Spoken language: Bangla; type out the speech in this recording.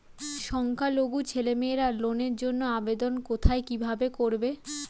সংখ্যালঘু ছেলেমেয়েরা লোনের জন্য আবেদন কোথায় কিভাবে করবে?